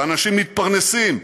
ואנשים מתפרנסים,